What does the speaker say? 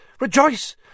Rejoice